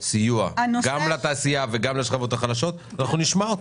סיוע גם לתעשייה וגם לשכבות החלשות ואנחנו נשמע אותה.